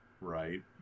right